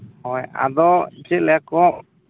ᱦᱳᱭ ᱟᱫᱚ ᱪᱮᱫ ᱞᱮᱠᱟᱠᱚ